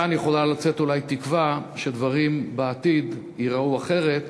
מכאן יכולה לצאת אולי תקווה שבעתיד דברים ייראו אחרת